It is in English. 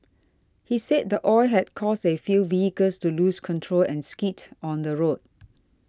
he said the oil had caused a few vehicles to lose control and skid on the road